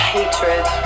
Hatred